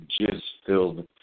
jizz-filled